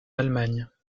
allemagne